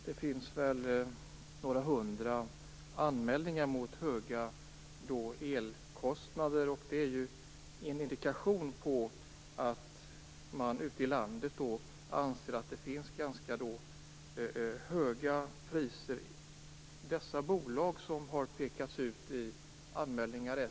Herr talman! Det finns några hundra anmälningar när det gäller höga elkostnader. Det är ju en indikation på att man ute i landet anser att priserna är ganska höga. 7-8 bolag har pekats ut i anmälningar.